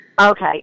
Okay